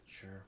Sure